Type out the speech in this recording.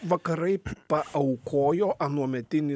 vakarai paaukojo anuometinį